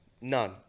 None